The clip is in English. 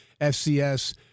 FCS